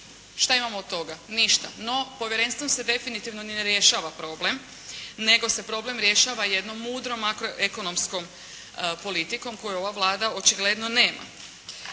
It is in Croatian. Šta imamo od toga? Ništa. No, povjerenstvom se definitivno ni ne rješava problem nego se problem rješava jednom mudrom makro-ekonomskom politikom koju ova Vlada očigledno nema.